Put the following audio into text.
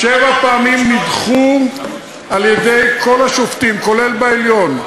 שבע פעמים נדחו על-ידי כל השופטים, כולל בעליון.